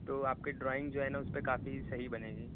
تو آپ کے ڈرائنگ جو ہے نا اس پہ کافی صحیح بنے گی